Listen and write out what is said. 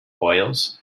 oils